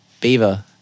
Beaver